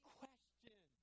question